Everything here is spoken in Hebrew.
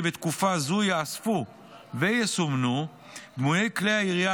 וכי בתקופה זו ייאספו ויסומנו דמויי כלי הירייה